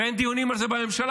ואין דיונים על זה בממשלה,